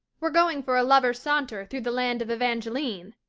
we're going for a lovers' saunter through the land of evangeline,